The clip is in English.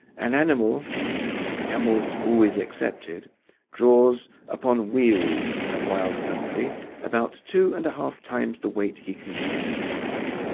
an animal camels always excepted draws upon wheels in a wild country about two and a half times the weight he can carry.